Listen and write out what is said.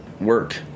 work